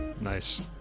Nice